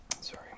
Sorry